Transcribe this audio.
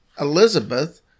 Elizabeth